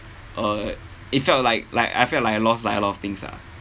uh it felt like like I felt like I lost like a lot of things ah